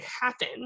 happen